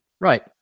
Right